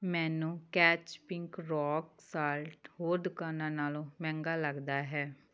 ਮੈਨੂੰ Catch pink rock salt ਹੋਰ ਦੁਕਾਨਾਂ ਨਾਲੋਂ ਮਹਿੰਗਾ ਲੱਗਦਾ ਹੈ